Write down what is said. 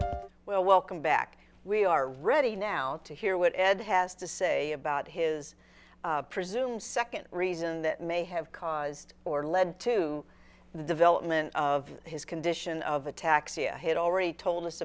well welcome back we are ready now to hear what ed has to say about his presumed second reason that may have caused or led to the development of his condition of attacks you had already told us